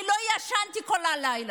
אני לא ישנתי כל הלילה.